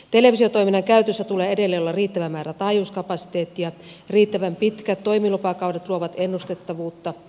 televisiotoiminnan käytössä tulee edelleen olla riittävä määrä taajuuskapasiteettia ja riittävän pitkät toimilupakaudet luovat ennustettavuutta